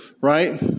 right